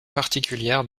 particulières